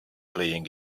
playing